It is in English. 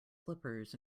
slippers